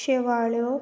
शेवाळ्यो